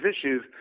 issues